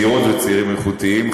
צעירות וצעירים איכותיים,